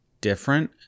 different